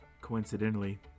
coincidentally